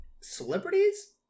celebrities